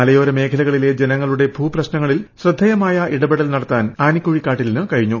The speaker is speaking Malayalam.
മലയോര മേഖലകളിലെ ജനങ്ങളുടെ ഭൂപ്രശ്നങ്ങളിൽ ശ്രദ്ധേയമായ ഇടപെടൽ നടത്താൻ ആനിക്കുഴിക്കാട്ടിലിന് കഴിഞ്ഞു